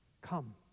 Come